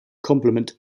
complement